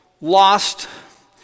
lost